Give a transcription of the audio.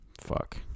Fuck